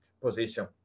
position